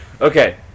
Okay